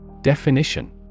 Definition